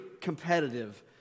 competitive